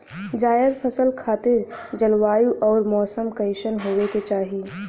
जायद फसल खातिर जलवायु अउर मौसम कइसन होवे के चाही?